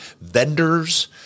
vendors